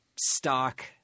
stock